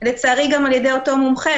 לצערי גם על ידי אותו מומחה.